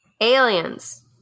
Aliens